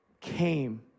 came